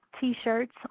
T-shirts